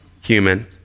human